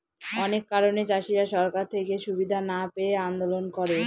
অনেক কারণে চাষীরা সরকার থেকে সুবিধা না পেয়ে আন্দোলন করে